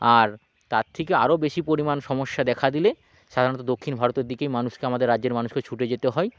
আর তার থেকে আরো বেশি পরিমাণ সমস্যা দেখা দিলে সাধারণত দক্ষিণ ভারতের দিকেই মানুষকে আমাদের রাজ্যের মানুষকে ছুটে যেতে হয়